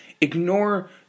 Ignore